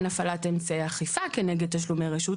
לא הפעלת אמצעי אכיפה כנגד תשלומי רשות,